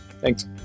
Thanks